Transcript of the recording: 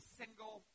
single